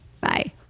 Bye